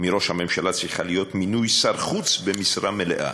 מראש הממשלה צריכה להיות מינוי שר חוץ במשרה מלאה.